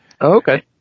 Okay